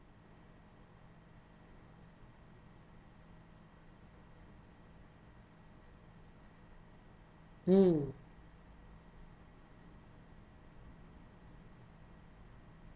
mm